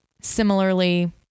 Similarly